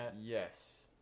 Yes